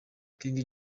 king